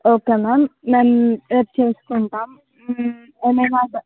okay ma'am మేము రేపు చుసుకుంటాం ఏమైన